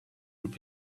will